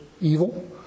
evil